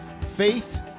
faith